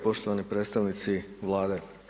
Poštovani predstavnici Vlade.